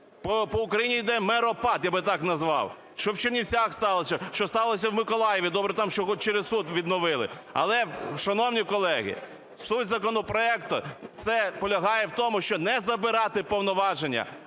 по Україні йде "меропад", я би так назвав, що в Чернівцях сталося, що сталося в Миколаєві, добре, там, що хоч через суд відновили. Але, шановні колеги, суть законопроекту полягає в тому, щоб не забирати повноваження,